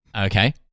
Okay